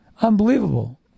Unbelievable